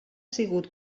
sigut